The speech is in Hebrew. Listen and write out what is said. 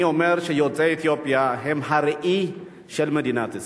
אני אומר שיוצאי אתיופיה הם הראי של מדינת ישראל,